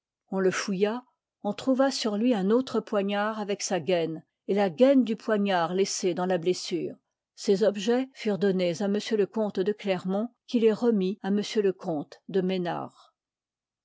on le fouilla on trouva sur ii pabt lui un autre poignard avec sa gaîne et la lv ii gaine du poignard laissé dans la blessure ces objets furent donnes à m le comte de glermont qui les remit à m le comte de mesnard